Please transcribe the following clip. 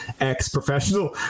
ex-professional